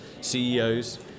CEOs